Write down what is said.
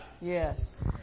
Yes